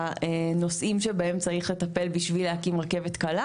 הנושאים שבהם צריך לטפל בשביל להקים רכבת קלה.